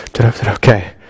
Okay